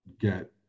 Get